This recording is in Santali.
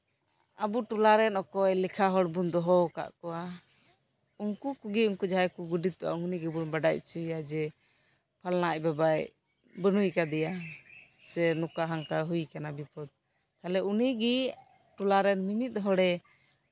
ᱟᱵᱩ ᱴᱚᱞᱟᱨᱮᱱ ᱚᱠᱚᱭ ᱞᱮᱠᱷᱟ ᱦᱚᱲ ᱵᱚᱱ ᱫᱚᱦᱚᱣᱟᱠᱟᱫ ᱠᱚᱣᱟ ᱩᱱᱠᱩ ᱛᱩᱜᱮ ᱩᱱᱤ ᱡᱟᱦᱟᱸᱭᱮ ᱜᱩᱰᱮᱛᱚᱜᱼᱟ ᱩᱱᱤ ᱜᱮᱵᱚᱱ ᱵᱟᱰᱟᱭ ᱚᱪᱚᱭᱮᱭᱟ ᱡᱮ ᱯᱷᱟᱞᱱᱟ ᱟᱡ ᱵᱟᱵᱟᱭ ᱵᱟᱱᱩᱭ ᱠᱟᱫᱮᱭᱟ ᱥᱮ ᱱᱚᱝᱠᱟ ᱦᱟᱱᱠᱟ ᱦᱩᱭᱟᱠᱟᱱᱟ ᱵᱤᱯᱚᱫ ᱟᱞᱦᱮ ᱩᱱᱤ ᱜᱮ ᱴᱚᱞᱟ ᱨᱮᱱ ᱢᱤᱢᱤᱫ ᱦᱚᱲᱮ